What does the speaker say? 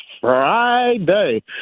Friday